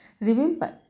Remember